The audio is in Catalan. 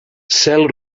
cel